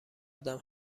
ادم